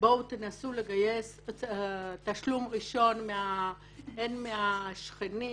בואו תנסו לגייס תשלום ראשון הן מהשכנים,